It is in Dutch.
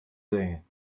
brengen